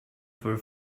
for